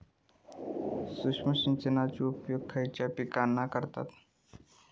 सूक्ष्म सिंचनाचो उपयोग खयच्या पिकांका करतत?